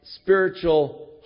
spiritual